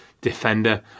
defender